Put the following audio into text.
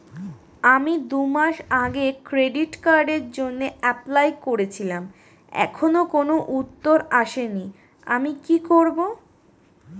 আমি দুমাস আগে ক্রেডিট কার্ডের জন্যে এপ্লাই করেছিলাম এখনো কোনো উত্তর আসেনি আমি কি করব?